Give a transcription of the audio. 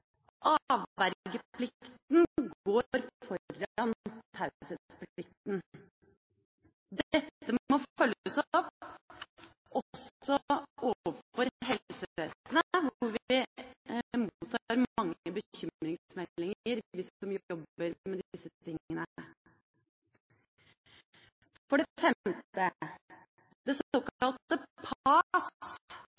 Avvergeplikten går foran taushetsplikten. Dette må følges opp, også overfor helsevesenet – vi mottar mange bekymringsmeldinger, vi som jobber med disse tingene. For det femte: Det